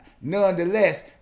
Nonetheless